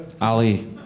Ali